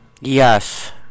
yes